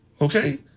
Okay